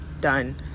done